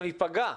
גם ייפגע.